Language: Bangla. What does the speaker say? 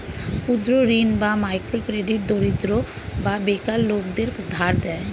ক্ষুদ্র ঋণ বা মাইক্রো ক্রেডিট দরিদ্র বা বেকার লোকদের ধার দেয়